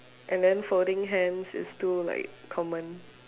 and then holding hands is too like common